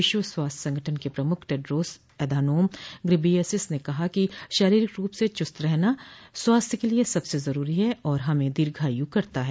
विश्व स्वास्थ्य संगठन के प्रमुख टेड्रोस एधानोम घिब्रेयसिस ने कहा कि शारीरिक रूप से चुस्त रहना स्वास्थ्य के लिए सबसे जरूरी है और हमें दीर्घायु करता है